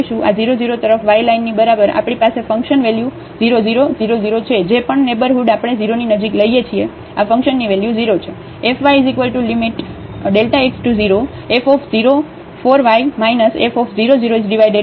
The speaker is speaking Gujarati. આ 0 0 તરફ y લાઈનની બરાબર આપણી પાસે ફંકશન વેલ્યુ 0 0 0 0 છે જે પણ નેબરહુડ આપણે 0 ની નજીક લઈએ છીએ આ ફંક્શનની વેલ્યુ 0 છે